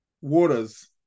waters